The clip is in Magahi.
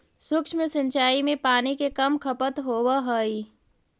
सूक्ष्म सिंचाई में पानी के कम खपत होवऽ हइ